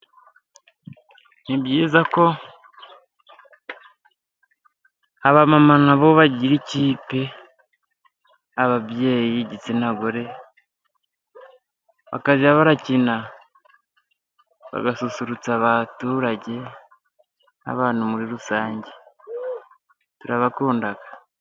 Ni byiza ko abamama na bo bagira ikipe. Ababyeyi, igitsinagore, bakajya barakina bagasusurutsa abaturage muri rusange. Turabakunda.